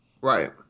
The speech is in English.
Right